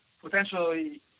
potentially